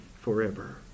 forever